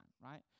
Right